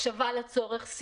הקשבה לצורך,